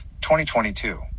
2022